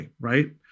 right